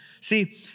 See